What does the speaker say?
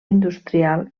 industrial